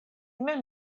mem